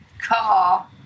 car